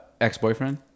Ex-boyfriend